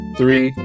three